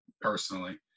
personally